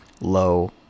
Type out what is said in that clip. low